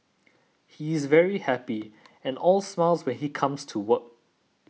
he's very happy and all smiles when he comes to work